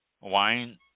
wine